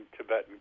tibetan